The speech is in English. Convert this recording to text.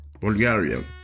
Bulgarian